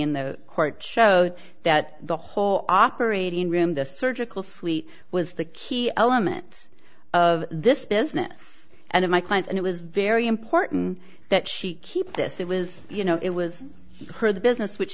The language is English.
in the court showed that the whole operating room the surgical suite was the key elements of this business and my client and it was very important that she keep this it was you know it was her the business which